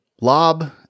Lob